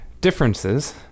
differences